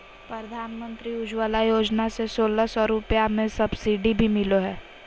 प्रधानमंत्री उज्ज्वला योजना से सोलह सौ रुपया के सब्सिडी भी मिलो हय